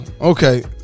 okay